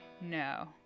No